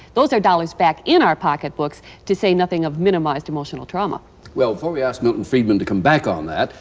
those are dollars back in our pocketbooks to say nothing of minimized emotional trauma. mckenzie well, before we ask milton friedman to come back on that,